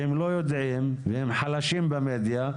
לא יודעים והם חלשים במדיה,